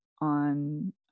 on